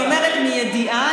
אני אומרת מידיעה,